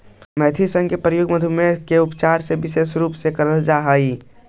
मेथी साग का प्रयोग मधुमेह के उपचार में विशेष रूप से करल जा हई